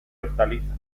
hortalizas